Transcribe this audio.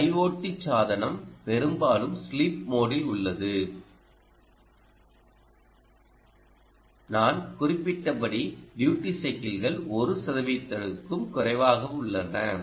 இந்த IOT சாதனம் பெரும்பாலும் ஸ்லீப் மோடில் உள்ளது நான் குறிப்பிட்டபடி டியூடி சைக்கிள்கள் 1 சதவீதத்திற்கும் குறைவாகவே உள்ளன